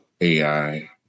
AI